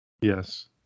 Yes